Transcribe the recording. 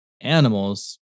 animals